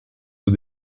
nos